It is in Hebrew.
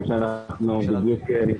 אוהד,